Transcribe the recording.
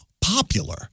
popular